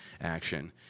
action